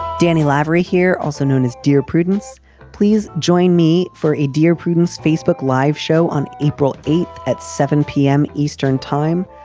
danny lavery here, also known as dear prudence please join me for a dear prudence facebook live show on april eighth at seven zero p m. eastern time.